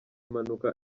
mpanuka